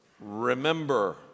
remember